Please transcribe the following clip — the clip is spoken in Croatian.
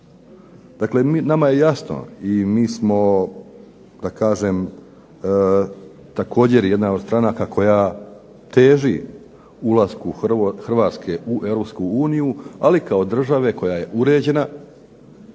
Dakle, nama je jasno i mi smo da kažem također jedna od stranaka koja teži ulasku Hrvatske u Europsku uniju, ali kao države koja je uređena